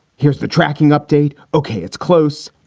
here's the tracking update. ok. it's close.